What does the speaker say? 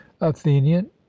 athenian